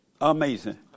Amazing